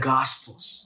Gospels